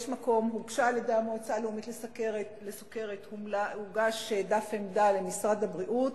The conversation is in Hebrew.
הוגש דף עמדה על-ידי המועצה הלאומית לסוכרת למשרד הבריאות,